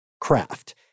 craft